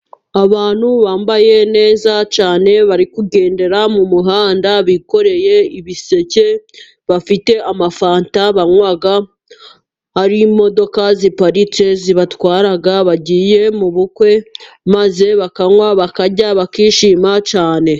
Abantu bambaye neza cyane bari kugendera mu muhanda bikoreye ibiseke, bafite amafanta banywa hari imodoka ziparitse zibatwara bagiye mu bukwe maze bakanywa ,bakarya, bakishima cyane.